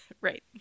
Right